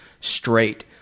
straight